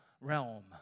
realm